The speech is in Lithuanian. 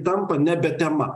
tampa nebe tema